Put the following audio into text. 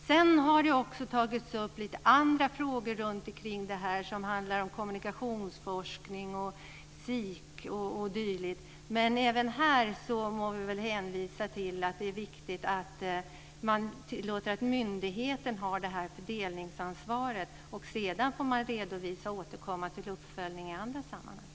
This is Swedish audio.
Sedan har det också tagits upp lite andra frågor kring det här som handlar om kommunikationsforskning, SIK o.d., men även här må vi väl hänvisa till att det är viktigt att man låter myndigheten ha fördelningsansvaret. Sedan får man redovisa och återkomma till uppföljning i andra sammanhang.